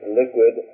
liquid